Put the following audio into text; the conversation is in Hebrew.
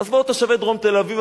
אז באו תושבי דרום תל-אביב,